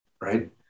right